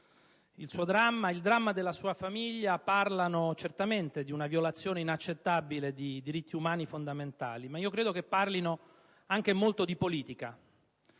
Il dramma suo e della sua famiglia parlano certamente di una violazione inaccettabile dei diritti umani fondamentali, ma credo che parlino anche molto di politica.